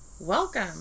welcome